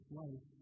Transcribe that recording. life